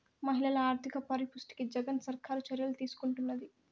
మహిళల ఆర్థిక పరిపుష్టికి జగన్ సర్కారు చర్యలు తీసుకుంటున్నది